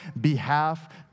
behalf